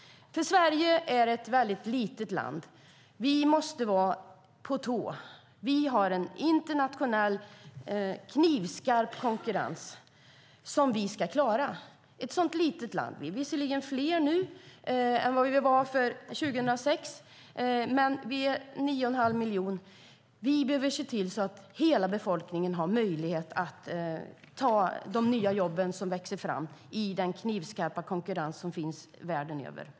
Sverige är ett litet land, och vi måste vara på tårna för att överleva i den knivskarpa internationella konkurrensen. Vi är fler nu än vi var 2006. I dag är vi 9 1⁄2 miljon, och vi måste se till att hela befolkningen har möjlighet att ta de nya jobb som växer fram i den knivskarpa konkurrensen världen över.